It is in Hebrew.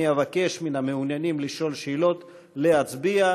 אני אבקש מן המעוניינים לשאול שאלות להצביע,